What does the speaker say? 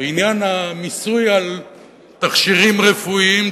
בעניין המיסוי על תכשירים רפואיים,